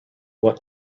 what